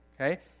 okay